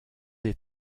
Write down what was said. des